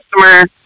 customer